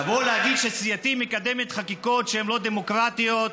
לבוא ולהגיד שסיעתי מקדמת חקיקות שהן לא דמוקרטיות?